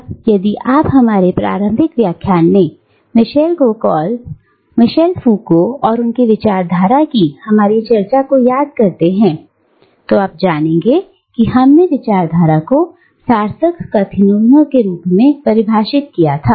अब यदि आप हमारे प्रारंभिक व्याख्यान में मिशेल को कॉल और उनकी विचारधारा की हमारी चर्चा को याद करते हैं तो आप जानेंगे कि हमने विचारधारा को सार्थक कथनों के रूप में परिभाषित किया था